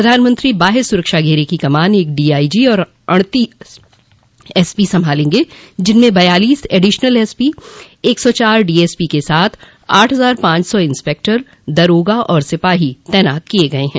प्रधानमंत्री के वाहय सुरक्षा घेरे की कमान एक डीआईजी और अड़तीस एसपी संभालेंगे जिसमें बयालीस एडीशनल एसपी एक सौ चार डीएसपी के साथ आठ हजार पांच सौ इंस्पेक्टर दरोगा और सिपाही तैनात किये गये हैं